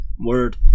Word